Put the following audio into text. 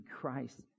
Christ